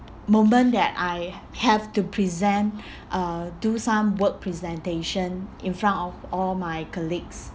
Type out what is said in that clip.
moment that I have to present uh do some work presentation in front of all my colleagues